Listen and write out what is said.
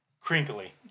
Crinkly